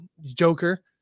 Joker